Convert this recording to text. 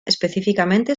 específicamente